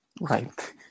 Right